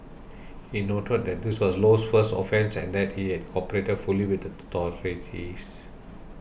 he noted that this was Low's first offence and that he had cooperated fully with the authorities